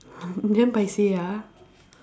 damn paiseh ah